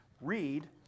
read